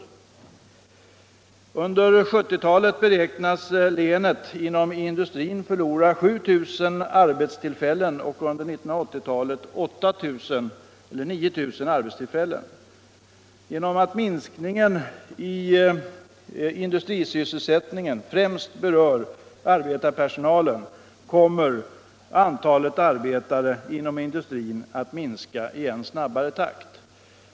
Under 1970-talet beräknas länet inom industrin förlora 7 000 arbetstillfällen och under 1980-talet 8 000 eller 9 000 arbetstillfällen. Genom att minskningen i industrisysselsättningen främst berör arbetarpersonalen kommer antalet arbetare inom industrin att minska i ännu snabbare takt.